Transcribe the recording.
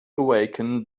awaken